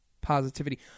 positivity